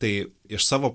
tai iš savo